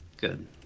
Good